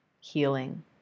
healing